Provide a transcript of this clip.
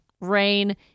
Rain